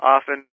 Often